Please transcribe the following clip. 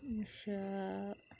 अच्छा